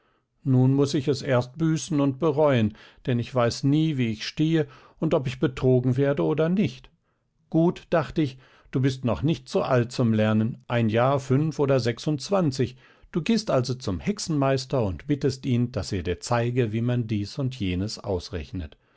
nun muß ich es erst büßen und bereuen denn ich weiß nie wie ich stehe und ob ich betrogen werde oder nicht gut dacht ich du bist noch nicht zu alt zum lernen ein jahr fünf oder sechsundzwanzig du gehst also zum hexenmeister und bittest ihn daß er dir zeige wie man dies und jenes ausrechnet